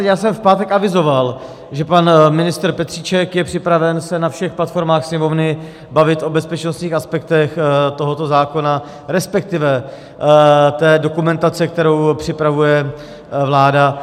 Já jsem v pátek avizoval, že pan ministr Petříček je připraven se na všech platformách Sněmovny bavit o bezpečnostních aspektech tohoto zákona, respektive té dokumentace, kterou připravuje vláda.